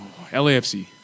LAFC